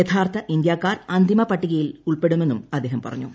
യഥാർത്ഥ ഇന്ത്യക്കാർ അന്തിമ പട്ടികയിൽ ഉൾപ്പെടുമെന്നും അദ്ദേഹം പറഞ്ഞു